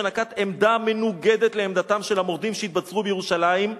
שנקט עמדה מנוגדת לעמדתם של המורדים שהתבצרו בירושלים,